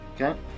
Okay